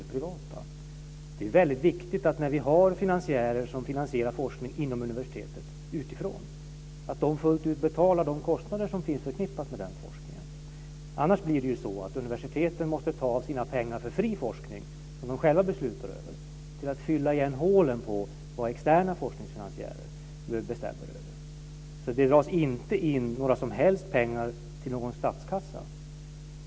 Det är väldigt viktigt när vi har finansiärer utifrån som finansierar forskning inom universitetet att de får betala de kostnader som finns förknippade med den forskningen. Annars måste universiteten ta av sina pengar för fri forskning som de själva beslutar över för att fylla igen hålen efter det externa forskningsfinansiärer bestämmer över. Det dras inte in några som helst pengar till någon statskassa.